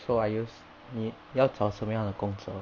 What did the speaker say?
so are you 你要找什么样的工作